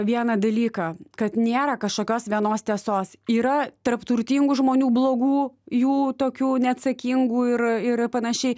vieną dalyką kad nėra kažkokios vienos tiesos yra tarp turtingų žmonių blogų jų tokių neatsakingų ir ir panašiai